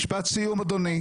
משפט סיום, אדוני.